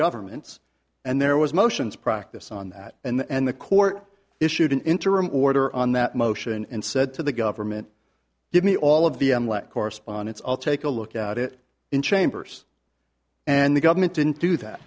governments and there was motions practice on that and the court issued an interim order on that motion and said to the government give me all of the correspondence i'll take a look at it in chambers and the government didn't do that